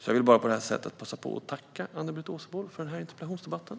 Jag tackar Ann-Britt Åsebol för interpellationsdebatten!